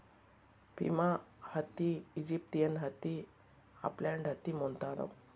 Pima ಹತ್ತಿ, Egyptian ಹತ್ತಿ, upland ಹತ್ತಿ ಮುಂತಾದವು